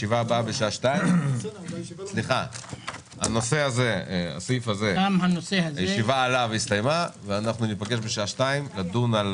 הישיבה ננעלה בשעה 13:45.